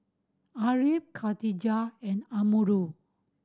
Ariff Katijah and Amirul